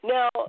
Now